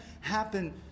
happen